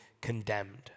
condemned